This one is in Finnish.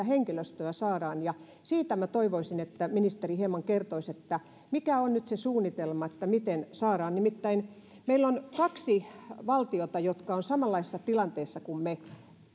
henkilöstöä saadaan siitä toivoisin että ministeri hieman kertoisi että mikä on nyt se suunnitelma miten saadaan nimittäin meillä on kaksi valtiota jotka ovat samanlaisessa tilanteessa kuin me